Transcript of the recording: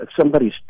somebody's